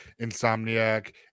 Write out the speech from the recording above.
Insomniac